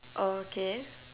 oh okay